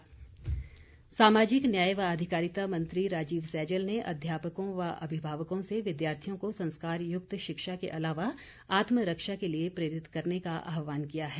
सैजल सामाजिक न्याय व अधिकारिता मंत्री राजीव सैजल ने अध्यापकों व अभिभावकों से विद्यार्थियों को संस्कार युक्त शिक्षा के अलावा आत्मरक्षा के लिए प्रेरित करने का आहवान किया है